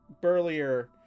Burlier